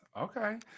okay